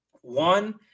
one